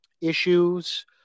issues